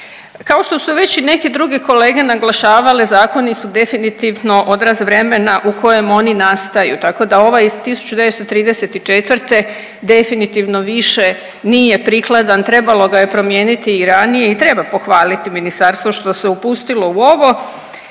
Kao što su već i neke druge kolege naglašavale zakoni su definitivno odraz vremena u kojem oni nastaju, tako da ovaj iz 1934. definitivno više nije prikladan. Trebalo ga je promijeniti i ranije i treba pohvaliti ministarstvo što se upustilo u ovo